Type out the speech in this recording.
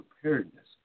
preparedness